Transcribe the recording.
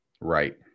Right